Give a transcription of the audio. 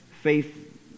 Faith